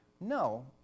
No